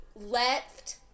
Left